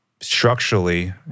structurally